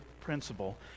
principle